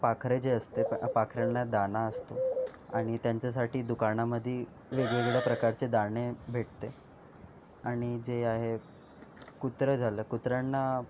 पाखरं जे असते प पाखरांना दाणा असतो आणि त्यांच्यासाठी दुकानामधी वेगवेगळ्या प्रकारचे दाणे भेटते आणि जे आहे कुत्रं झालं कुत्र्यांना